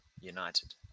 United